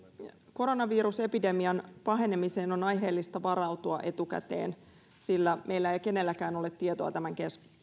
koronavirusepidemian pahenemiseen on aiheellista varautua etukäteen sillä meillä ei kenelläkään ole tietoa tämän